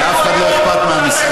לאף אחד לא אכפת מהמשחק.